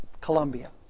Colombia